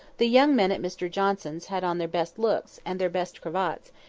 the young men at mr johnson's had on their best looks and their best cravats,